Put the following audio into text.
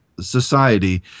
society